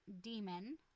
demon